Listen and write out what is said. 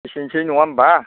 एसेनोसै नङा होमब्ला